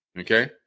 Okay